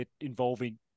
involving